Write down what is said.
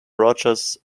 rogers